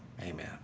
amen